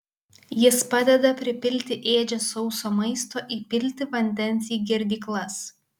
jis padeda pripilti ėdžias sauso maisto įpilti vandens į girdyklas